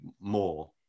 more